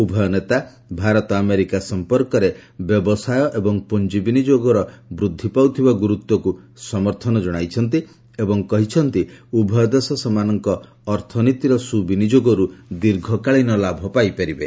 ଉଭୟ ନେତା ଭାରତ ଆମେରିକା ସଂପର୍କରେ ବ୍ୟବସାୟ ଏବଂ ପୁଞ୍ଜି ବିନିଯୋଗର ବୃଦ୍ଧି ପାଉଥିବା ଗୁରୁତ୍ୱକୁ ସମର୍ଥନ ଜଣାଇଛନ୍ତି ଏବଂ କହିଛନ୍ତି ଉଭୟ ଦେଶ ସେମାନଙ୍କ ଅର୍ଥନୀତିର ସୁବିନିଯୋଗରୁ ଦୀର୍ଘକାଳୀନ ଲାଭ ପାଇପାରିବେ